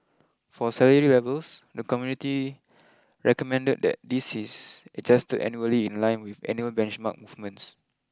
for salary levels the committee recommended that this is adjusted annually in line with annual benchmark movements